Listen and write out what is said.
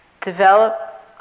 develop